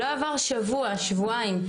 לא עבר שבוע, שבועיים.